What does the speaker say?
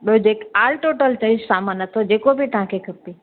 ॿियो जेको all total अथई सामान अथव जेको बि तव्हांखे खपे